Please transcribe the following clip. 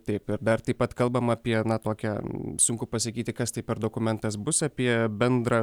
taip ir dar taip pat kalbama apie aną tokia sunku pasakyti kas tai per dokumentas bus apie bendrą